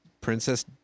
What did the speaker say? Princess